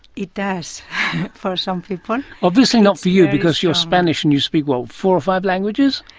it does for some people. obviously not for you because you're spanish and you speak, what, four or five languages?